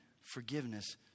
forgiveness